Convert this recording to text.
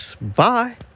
bye